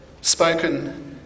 spoken